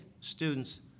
students